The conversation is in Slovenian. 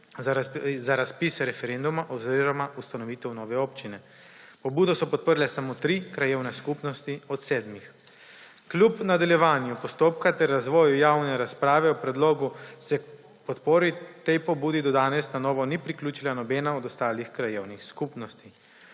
za razpis referenduma oziroma ustanovitev nove občine. Pobudo so podprle samo tri krajevne skupnosti od sedmih. Kljub nadaljevanju postopka ter razvoju javne razprave o predlogu se k podpori tej pobudi do danes ni priključila nobena od ostalih krajevnih skupnosti.